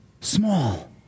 Small